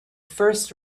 first